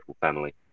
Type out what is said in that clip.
family